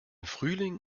frühling